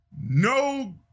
no